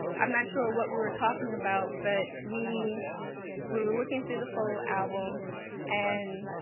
i'm not sure what we were talking about but we were were looking through the photo album and